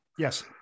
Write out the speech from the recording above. Yes